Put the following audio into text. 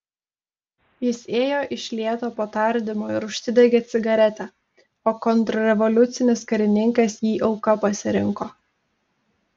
jis ėjo iš lėto po tardymo ir užsidegė cigaretę o kontrrevoliucinis karininkas jį auka pasirinko